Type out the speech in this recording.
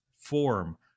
form